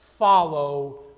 Follow